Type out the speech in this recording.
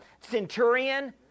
centurion